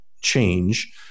change